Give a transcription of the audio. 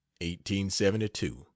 1872